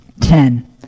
Ten